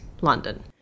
London